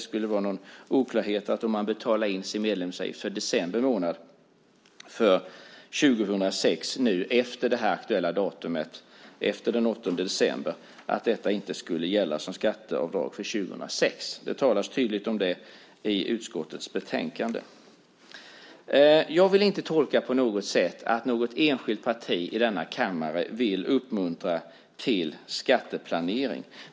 Om man betalar in sin medlemsavgift för december månad 2006 efter den 8 december gäller ändå skatteavdrag för 2006. Det finns ingen oklarhet om det, utan det omtalas tydligt i utskottets betänkande. Jag vill inte på något sätt tolka det som att något enskilt parti i denna kammare vill uppmuntra till skatteplanering.